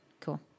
Cool